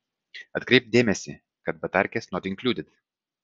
atkreipk dėmesį kad baterkės not inkluded